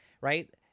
Right